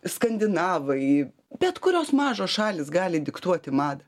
skandinavai bet kurios mažos šalys gali diktuoti madą